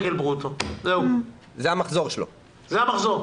ברוטו, זה המחזור שלו,